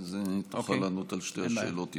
ואז תוכל לענות על שתי השאלות יחד.